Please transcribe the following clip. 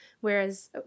Whereas